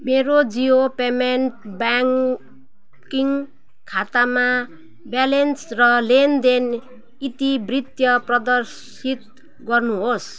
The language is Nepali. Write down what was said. मेरो जियो पेमेन्ट्स ब्याङ्किङ खाताको ब्यालेन्स र लेनदेन इतिवृत्त प्रदर्शित गर्नुहोस्